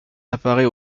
apparaît